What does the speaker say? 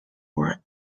were